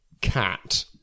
cat